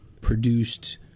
produced